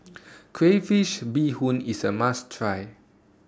Crayfish Beehoon IS A must Try